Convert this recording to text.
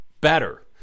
better